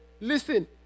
listen